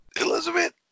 Elizabeth